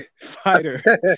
fighter